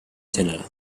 gènere